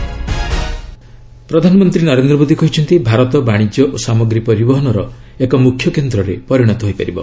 PM Tamil Nadu ପ୍ରଧାନମନ୍ତ୍ରୀ ନରେନ୍ଦ୍ର ମୋଦୀ କହିଛନ୍ତି ଭାରତ ବାଣିଜ୍ୟ ଓ ସାମଗ୍ରୀ ପରିବହନର ଏକ ମ୍ରଖ୍ୟ କେନ୍ଦ୍ରେ ପରିଣତ ହୋଇପାରିବ